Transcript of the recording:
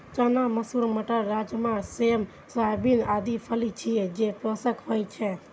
चना, मसूर, मटर, राजमा, सेम, सोयाबीन आदि फली छियै, जे पोषक होइ छै